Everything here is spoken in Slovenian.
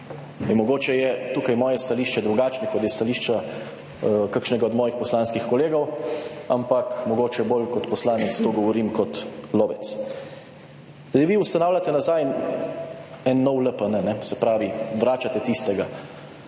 In mogoče je tukaj moje stališče drugačno, kot je s stališča kakšnega od mojih poslanskih kolegov, ampak mogoče bolj kot poslanec, to govorim kot lovec. Vi ustanavljate nazaj en nov LPN, se pravi, vračate tistega.